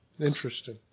interesting